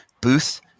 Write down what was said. booth